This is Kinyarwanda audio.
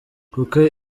kuko